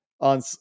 on